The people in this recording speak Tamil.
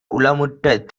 உளமுற்ற